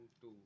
two